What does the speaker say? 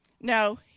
No